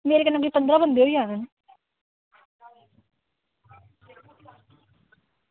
मेरे कन्नै पंदरां बंदे होई जाने न